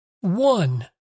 one